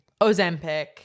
Ozempic